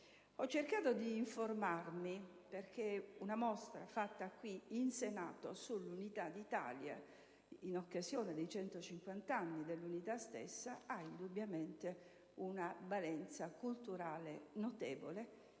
Ho cercato di informarmi, perché una mostra organizzata in Senato sull'Unità d'Italia, in occasione dei 150 anni dell'Unità stessa, ha indubbiamente una notevole